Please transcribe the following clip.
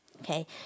Okay